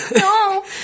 no